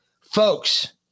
folks